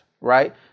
right